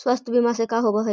स्वास्थ्य बीमा का होव हइ?